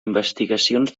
investigacions